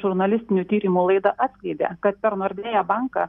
žurnalistinių tyrimų laida atskleidė kad per nordėja banką